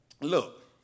Look